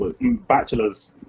bachelor's